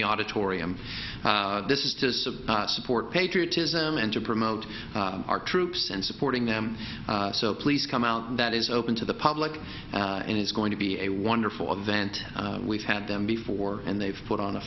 the auditorium this is to support patriotism and to promote our troops and supporting them so please come out that is open to the public and it's going to be a wonderful event we've had them before and they've put on a